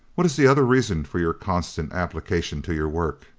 what is the other reason for your constant application to your work?